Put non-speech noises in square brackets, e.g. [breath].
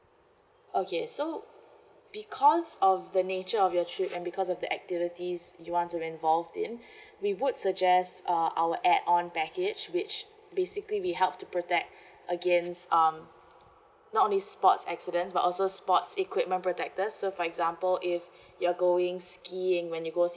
okay so because of the nature of your trip and because of the activities you want to involve in we would suggests uh our add-on package which basically we help to protect [breath] against um not only sports accidents but also sports equipment protector so for example if you're going skiing when you go see